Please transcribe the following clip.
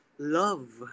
Love